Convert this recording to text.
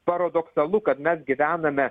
paradoksalu kad mes gyvename